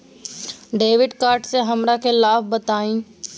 Debit card से हमरा के लाभ बताइए?